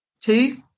Two